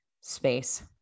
space